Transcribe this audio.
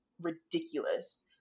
ridiculous